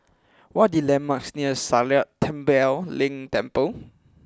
what the landmarks near Sakya Tenphel Ling Temple